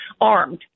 armed